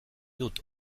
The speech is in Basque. dut